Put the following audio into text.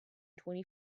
twenty